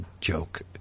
joke